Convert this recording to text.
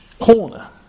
corner